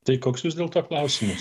tai koks vis dėlto klausimas